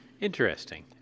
interesting